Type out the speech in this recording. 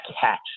catch